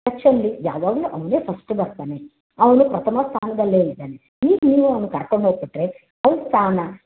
ಪರೀಕ್ಷೆಯಲ್ಲಿ ಯಾವಾಗಲೂ ಅವನೇ ಫಸ್ಟ್ ಬರ್ತಾನೆ ಅವನು ಪ್ರಥಮ ಸ್ಥಾನದಲ್ಲೇ ಇದಾನೆ ಹೀಗೆ ನೀವು ಅವ್ನ ಕರ್ಕೊಂಡು ಹೋಗ್ಬಿಟ್ರೆ ಅವ್ನ ಸ್ಥಾನ